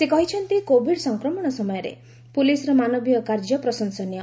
ସେ କହିଛନ୍ତି କୋଭିଡ୍ ସଂକ୍ରମଣ ସମୟରେ ପୁଲିସ୍ ର ମାନବୀୟ କାର୍ଯ୍ୟ ପ୍ରଶଂସନୀୟ